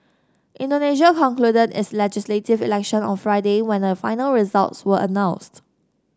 Indonesia concluded its legislative election on Friday when the final results were announced